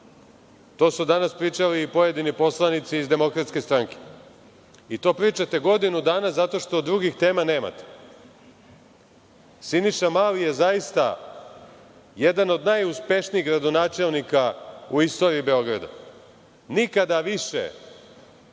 su danas pričali i pojedini poslanici iz DS-a. To pričate godinu dana zato što drugih tema nemate. Siniša Mali zaista je jedan od najuspešniji gradonačelnika u istoriji Beograda. Nikada više